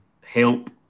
help